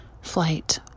flight